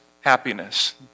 happiness